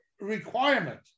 requirement